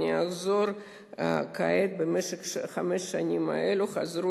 אחזור כעת: במשך חמש השנים האלו הגיעו